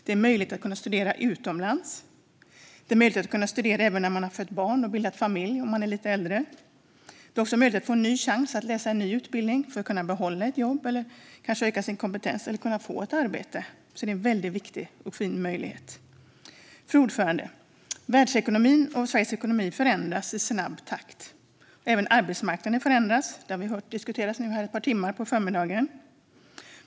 Det är en möjlighet att studera utomlands. Det är en möjlighet att studera även när man har fött barn och bildat familj, om man är lite äldre. Det är också en möjlighet till en ny chans att läsa en ny utbildning för att kunna behålla ett jobb, kanske öka sin kompetens eller få ett arbete. Det är alltså en väldigt viktig och fin möjlighet. Fru talman! Världsekonomin och Sveriges ekonomi förändras i snabb takt. Även arbetsmarknaden förändras. Det har vi hört diskuteras under ett par timmar här på förmiddagen.